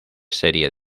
serie